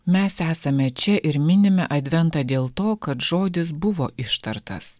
mes esame čia ir minime adventą dėl to kad žodis buvo ištartas